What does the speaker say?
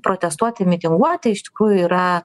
protestuoti mitinguoti iš tikrųjų yra